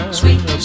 sweet